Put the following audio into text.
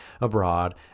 abroad